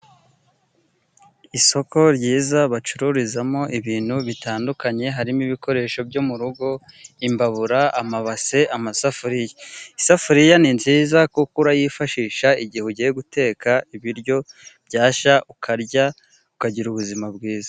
Isoko ryiza bacururizamo ibintu bitandukanye harimo ibikoresho byo mu rugo imbabura, amabase n'amasafuriya. Isafuriya ni nziza kuko uyifashisha igihe ugiye guteka, ibiryo byashya ukarya ukagira ubuzima bwiza.